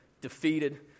Defeated